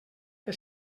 què